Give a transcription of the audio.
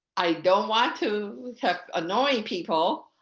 i don't want to keep annoying people